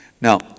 Now